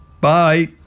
Bye